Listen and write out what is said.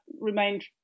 remained